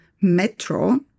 Metro